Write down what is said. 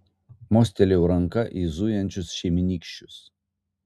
mostelėjau ranka į zujančius šeimynykščius